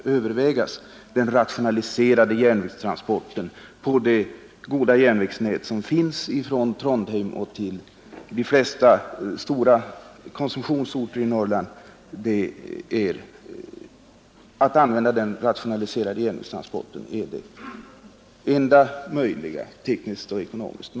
Att använda den rationaliserade järnvägstransporten på det goda järnvägsnät som finns från Trondheim till de flesta stora konsumtionsorter i Norrland är det enda möjliga tekniskt och ekonomiskt.